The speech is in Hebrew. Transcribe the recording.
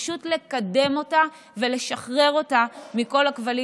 פשוט לקדם אותה ולשחרר אותה מכל הכבלים